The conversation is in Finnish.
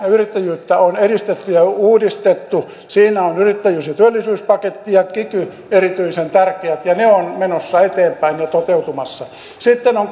ja yrittäjyyttä on edistetty ja uudistettu siinä ovat yrittäjyys ja työllisyyspaketti ja kiky erityisen tärkeät ja ne ovat menossa eteenpäin ja toteutumassa sitten on